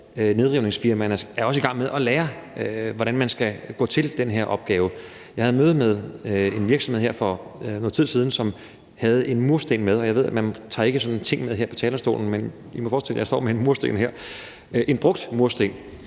nedrivningsfirmaerne er også i gang med at lære, hvordan man skal gå til den her opgave. Jeg havde møde med en virksomhed her for noget tid siden, og de havde en mursten med. Jeg ved, at man ikke må tage ting med her på talerstolen, men I må forestille jer, at jeg står med en brugt mursten